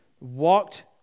walked